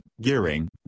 gearing